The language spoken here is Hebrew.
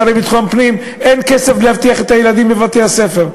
השר לביטחון פנים: אין כסף לאבטח את הילדים בבתי-הספר.